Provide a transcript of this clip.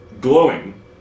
glowing